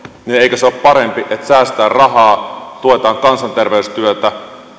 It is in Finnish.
niin eikö ole parempi että säästetään rahaa tuetaan kansanterveystyötä